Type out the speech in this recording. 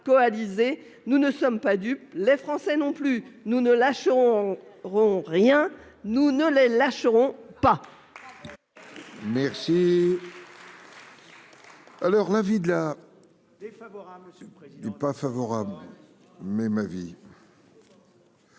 Nous ne sommes pas dupes, les Français non plus : nous ne lâcherons rien, nous ne les lâcherons pas